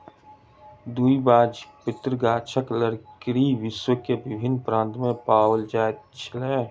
द्विबीजपत्री गाछक लकड़ी विश्व के विभिन्न प्रान्त में पाओल जाइत अछि